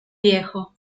viejo